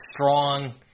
strong